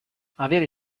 avere